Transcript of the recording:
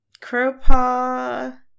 Crowpaw